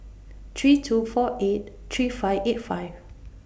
three two four eight three five eight five